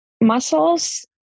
Muscles